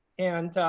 and